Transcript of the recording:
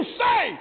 say